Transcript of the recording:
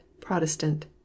protestant